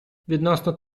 відносно